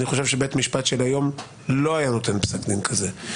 אני חושב שבית משפט של היום לא היה נותן פסק דין כזה.